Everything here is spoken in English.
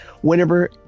whenever